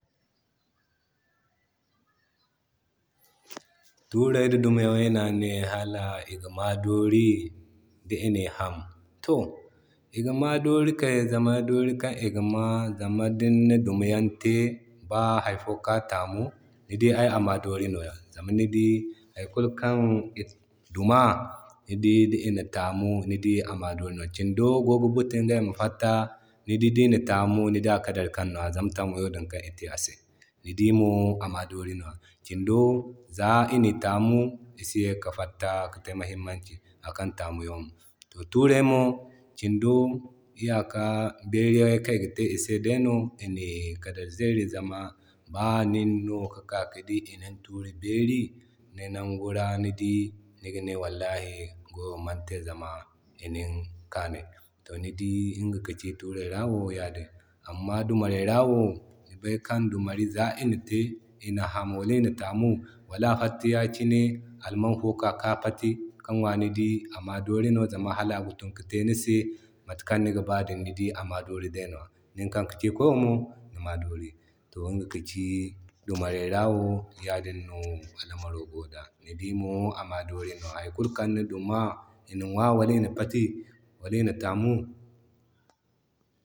Turey da dumayan nay no ane hala iga ma doori di ni ham. To igama doori kay zama dori kan igama zama dinna dumiyan te ba hari fo ka tam ni dii ay ama doori nwa Zama ni dii hari kulu kan I duma ni dii Dina taam no I dii ama doori nwa. Kindo gogi buti ingay ma fatta ni dii dina tamu ni dii a kadari kan nwa, zama taamu yano kan ite ase, ni dii mo a maa doori nwa. Kindo za ini taamu isi yaki fatta kite muhimmanci akan taamu yano. To tuurey mo kindo iyaka dumbiyano kan iga te ise dayno ini kadari zeri zama baa nin no ki ka ki di inin turi beri ni nango ra ni dii nigi ne wallahi goyo mante zama I nin kaanay. To ni dii iga ka ci tuuray ra wo yadin. Amma dumuray ra wo ni bay kan dumari za ina te ina ham wala ina taamu, wala a fatta yakine alman fo ka Kani Patti ki nwa ni dii ama doori no zama hala agi tun ki te ni se matakan nigi ba din ni dii ama doori nwa, nin kan kaci koyo mo ni di Nima doori. To inga ka ci dumaray ra wo yadin no a lamaro gonon da, ni dii mo a maa doori nwa. Hari kulu kan ni duma ina nwa wala ina pati wala ina taamu.